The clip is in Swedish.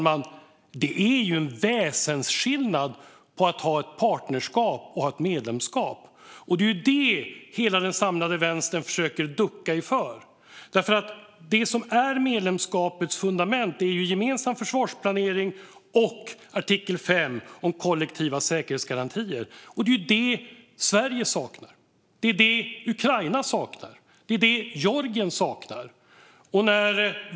Men det är ju en väsensskillnad mellan ett partnerskap och ett medlemskap, fru talman, och det är detta som hela den samlade vänstern försöker ducka för. Det som är medlemskapets fundament är nämligen en gemensam försvarsplanering och artikel 5 om kollektiva säkerhetsgarantier. Det är det Sverige saknar, och det är det Ukraina saknar. Det är det Georgien saknar.